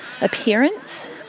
appearance